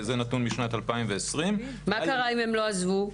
וזה נתון מ-2020 --- מה קרה אם הן לא עזבו?